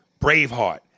Braveheart